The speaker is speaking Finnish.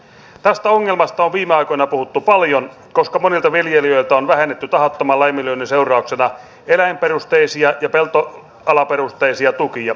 tästä ongelmasta on viime aikoina puhuttu paljon koska monilta viljelijöiltä on vähennetty tahattoman laiminlyönnin seurauksena eläinperusteisia ja peltoalaperusteisia tukia